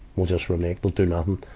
will just reneg, will do nothing.